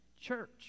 church